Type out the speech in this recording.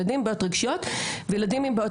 ילדים עם בעיות רגשיות וילדים עם בעיות